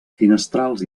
finestrals